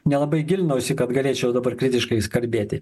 nelabai gilinausi kad galėčiau dabar kritiškais kalbėti